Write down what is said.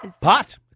Pot